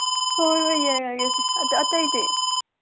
ꯍꯣꯏ ꯍꯣꯏ ꯌꯥꯏ ꯑꯗꯨ ꯑꯇꯩꯗꯤ